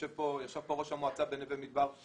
ישב פה ראש המועצה בנווה מדבר.